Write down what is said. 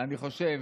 אני חושב,